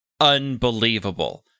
unbelievable